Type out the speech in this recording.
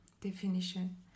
definition